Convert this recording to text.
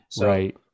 Right